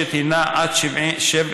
המבוקשת הינה עד 7.5%,